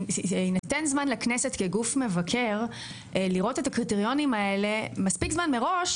שיינתן זמן לכנסת כגוף מבקר לראות את הקריטריונים האלה מספיק זמן מראש,